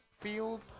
field